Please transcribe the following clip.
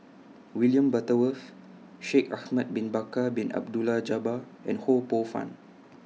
William Butterworth Shaikh Ahmad Bin Bakar Bin Abdullah Jabbar and Ho Poh Fun